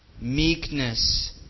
meekness